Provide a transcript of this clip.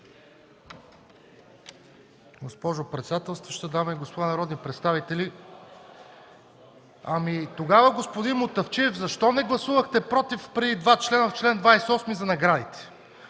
Госпожо председател, дами и господа народни представители! Господин Мутафчиев, защо не гласувахте „против” преди два члена – чл. 28, за наградите?